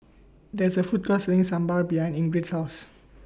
There IS A Food Court Selling Sambar behind Ingrid's House